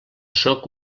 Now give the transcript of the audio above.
sóc